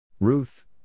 Ruth